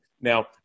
Now